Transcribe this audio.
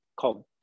called